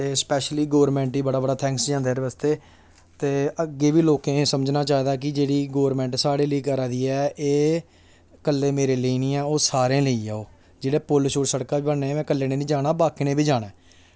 ते especially government ई बड़ा बड़ा थैंक्स जंदा एह्दे बास्तै ते अग्गें बी लोकें ई समझना चाहिदा कि जेह्ड़ी गौरमेंट साढ़े लेई करा दी ऐ एह् कल्लै मेरे लेई निं ऐ ओह् सारें लेई ऐ ओह् जेह्ड़े पुल शुल सड़कां बना दियां में कल्लै ने निं जाना बाकियें आह्लें बी जाना ऐ